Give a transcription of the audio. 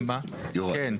יוראי.